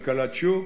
כלכלת שוק,